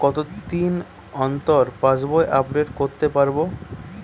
কতদিন অন্তর পাশবই আপডেট করতে পারব?